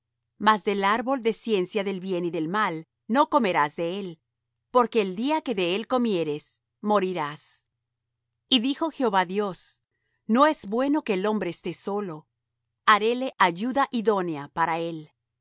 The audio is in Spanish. mas del árbol de ciencia del bien y del mal no comerás de él porque el día que de él comieres morirás y dijo jehová dios no es bueno que el hombre esté solo haréle ayuda idónea para él